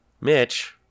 Mitch